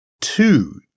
two